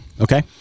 Okay